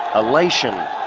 ah elation.